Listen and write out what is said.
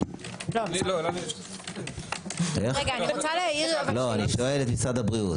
שואל את משרד הבריאות.